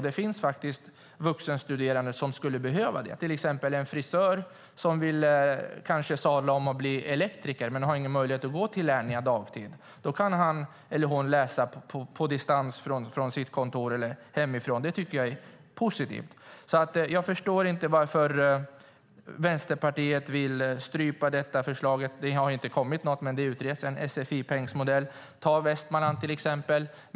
Det finns faktiskt vuxenstuderande som skulle behöva det, till exempel en frisör som kanske vill sadla om och bli elektriker men inte har någon möjlighet att gå till Lernia dagtid. Då kan han eller hon läsa på distans från sitt kontor eller hemifrån. Det tycker jag är positivt. Jag förstår inte varför Vänsterpartiet vill strypa detta förslag. Det har inte kommit något än, men det utreds en sfi-pengsmodell. Ta till exempel Västmanland.